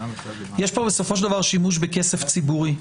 יש פה בסופו של דבר שימוש בכסף ציבורי.